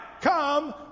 come